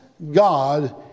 God